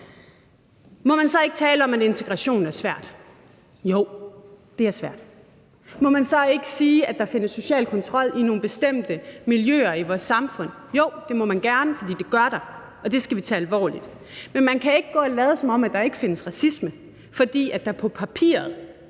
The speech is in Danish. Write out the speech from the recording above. Må man så ikke tale om, at integration er svært? Jo, det er svært. Må man så ikke sige, at der findes social kontrol i nogle bestemte miljøer i vores samfund? Jo, det må man gerne, for det gør der, og det skal vi tage alvorligt. Men man kan ikke gå og lade, som om der ikke findes racisme, fordi der på papiret